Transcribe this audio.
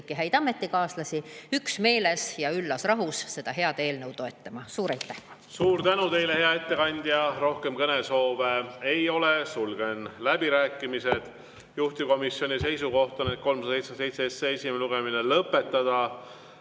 häid ametikaaslasi üles üksmeeles ja üllas rahus seda head eelnõu toetama. Suur aitäh! Suur tänu teile, hea ettekandja! Rohkem kõnesoove ei ole. Sulgen läbirääkimised. Juhtivkomisjoni seisukoht on, et 377 SE esimene lugemine